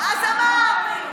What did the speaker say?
אז אמר.